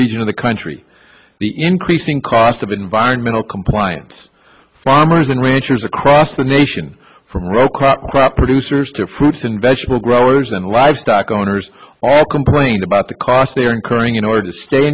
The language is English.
region of the country the increasing cost of environmental compliance farmers and ranchers across the nation from row crop crop producers to fruits and vegetable growers and livestock owners all complained about the cost they're incurring in order to stay